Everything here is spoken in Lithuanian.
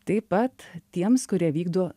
taip pat tiems kurie vykdo